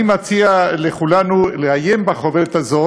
אני מציע לכולנו לעיין בחוברת הזאת.